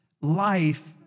life